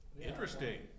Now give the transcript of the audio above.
Interesting